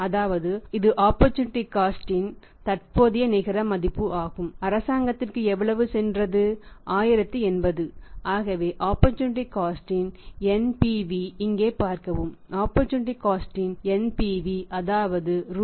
அதாவது இது ஆப்பர்சூனிட்டி காஸ்ட்ன் NPV அதாவது ரூபாய் 40